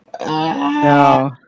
no